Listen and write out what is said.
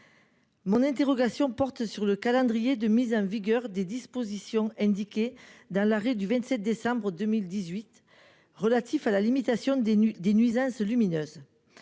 Mon interrogation porte sur le calendrier de mise en vigueur des dispositions indiqué dans l'arrêt du 27 décembre 2018 relatif à la limitation des nus, des nuisances lumineuses.